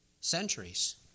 centuries